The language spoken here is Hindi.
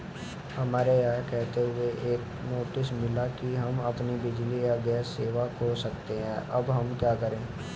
हमें यह कहते हुए एक नोटिस मिला कि हम अपनी बिजली या गैस सेवा खो सकते हैं अब हम क्या करें?